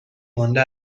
مانده